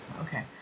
Okay